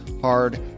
hard